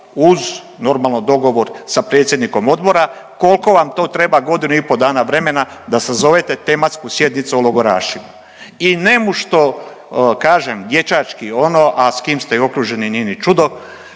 uz normalno dogovor sa predsjednikom odbora kolko vam to treba godinu i po dana vremena da sazovete tematsku sjednicu o logorašima. I nemušto kažem dječački ono, a s kim ste okruženi nije ni čudo,